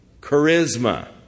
charisma